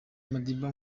madiba